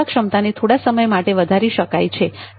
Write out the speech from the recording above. સેવા ક્ષમતાને થોડા સમય માટે વધારી શકાય છે